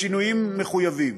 בשינויים המחויבים.